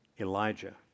Elijah